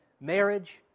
marriage